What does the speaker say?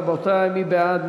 רבותי, מי בעד?